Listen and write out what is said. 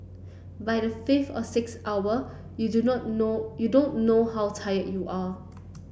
by the fifth or sixth hour you do not know you don't know how tired you are